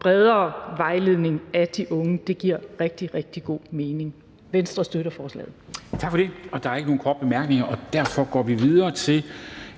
bredere vejledning af de unge; det giver rigtig, rigtig god mening. Venstre støtter forslaget. Kl. 10:36 Formanden (Henrik Dam Kristensen): Tak for det. Der er ikke nogen korte bemærkninger, og derfor går vi videre til